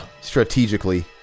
Strategically